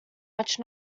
much